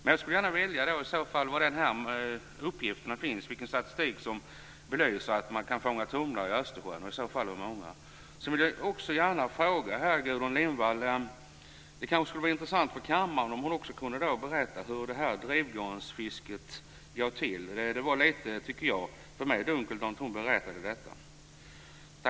Jag skulle gärna vilja veta var dessa uppgifter finns och den statistik som belyser att man kan fånga tumlare i Östersjön och i så fall hur många. Jag skulle också vilja fråga Gudrun Lindvall något. Det kanske skulle vara intressant för kammaren om hon kunde berätta hur drivgarnsfisket går till. Det var för mig litet dunkelt när hon talade om detta.